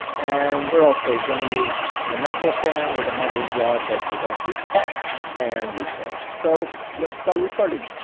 and we're also gonna use a metal can with a metal rod that we're going to hit and record, so let's start recording